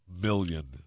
million